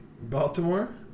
Baltimore